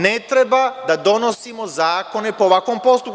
Ne treba da donosimo zakone po ovakvom postupku.